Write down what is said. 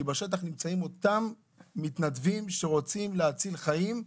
בשטח נמצאים אותם מתנדבים שרוצים להציל חיים,